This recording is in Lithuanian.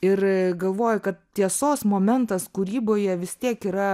ir galvoju kad tiesos momentas kūryboje vis tiek yra